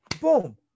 Boom